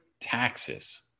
taxes